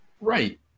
Right